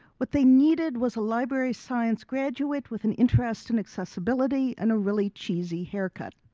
what they needed was a library science graduate with an interest in accessibility and a really cheesy haircut.